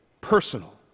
personal